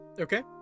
okay